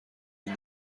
این